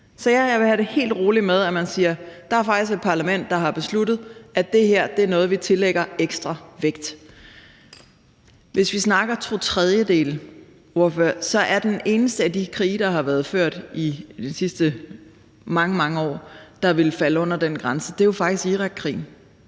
ja, jeg ville have det helt roligt med, at man siger: Der er faktisk et parlament, der har besluttet, at det her er noget, vi tillægger ekstra vægt. Hvis vi snakker to tredjedele, er den eneste af de krige, der har været ført i de sidste mange, mange år, og som ville falde under den grænse, faktisk Irakkrigen.